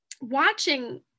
watching